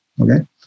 Okay